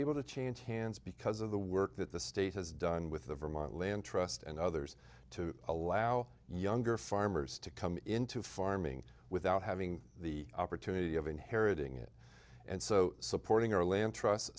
able to change hands because of the work that the state has done with the vermont land trust and others to allow younger farmers to come into farming without having the opportunity of inheriting it and so supporting our land trust